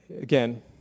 again